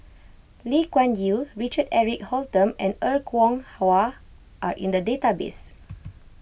Lee Kuan Yew Richard Eric Holttum and Er Kwong Wah are in the database